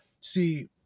See